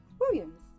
Williams